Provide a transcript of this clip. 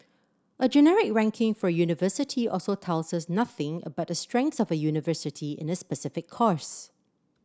a generic ranking for a university also tells us nothing about the strengths of a university in a specific course